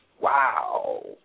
wow